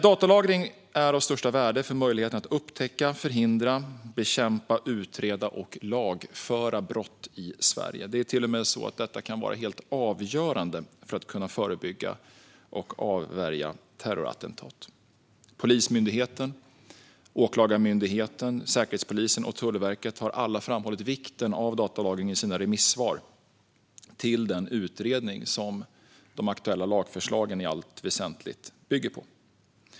Datalagring är av största värde för möjligheten att upptäcka, förhindra, bekämpa, utreda och lagföra brott i Sverige. Det är till och med så att detta kan vara helt avgörande för att kunna förebygga och avvärja terrorattentat. Polismyndigheten, Åklagarmyndigheten, Säkerhetspolisen och Tullverket har alla framhållit vikten av datalagring i sina remissvar till den utredning som de aktuella lagförslagen i allt väsentligt bygger på.